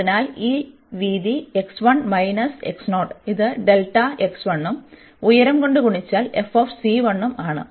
അതിനാൽ ഈ വീതി ഇത് ഉം ഉയരം കൊണ്ട് ഗുണിച്ചാൽ ഉം ആണ്